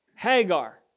Hagar